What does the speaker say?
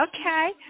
Okay